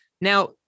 Now